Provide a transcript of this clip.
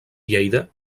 lleida